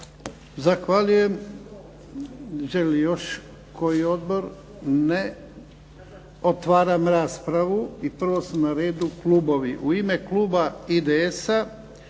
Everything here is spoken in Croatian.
(HDZ)** Želi li još koji odbor? Ne. Otvaram raspravu. I prvo su na redu klubovi. U ime Kluba IDS-a,